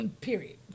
Period